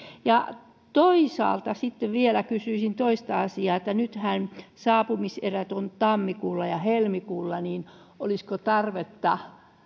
toisaalta sitten vielä kysyisin toista asiaa kun nythän saapumiserät ovat tammikuulla ja heinäkuulla niin olisiko tarvetta